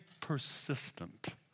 persistent